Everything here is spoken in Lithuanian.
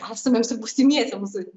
esamiems ir būsimiesiems